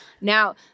Now